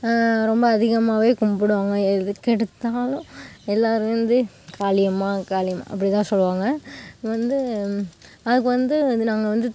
ரொம்ப அதிகமாகவே கும்பிடுவாங்க எதற்கெடுத்தாலும் எல்லாருமே வந்து காளியம்மா காளியம்மா அப்படிதான் சொல்லுவாங்க வந்து அதுக்கு வந்து வந்து நாங்கள் வந்து